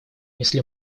если